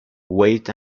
wait